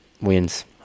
wins